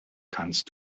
kannst